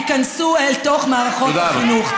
ייכנסו אל תוך מערכות החינוך.